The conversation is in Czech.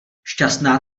šťastná